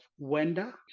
Wenda